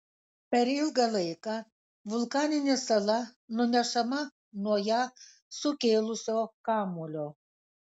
per ilgą laiką vulkaninė sala nunešama nuo ją sukėlusio kamuolio